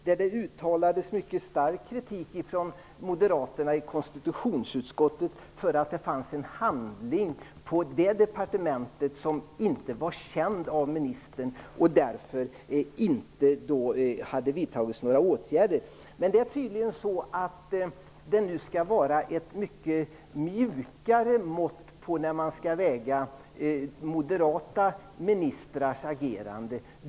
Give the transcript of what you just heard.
Där uttalade moderaterna i konstitutionsutskottet mycket stark kritik för att det fanns en handling i ifrågavarande departement som inte var känd av ministern och det därför inte hade vidtagits några åtgärder. Men tydligen skall ett mycket mjukare mått användas när det gäller att väga moderata ministrars agerande.